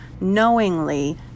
knowingly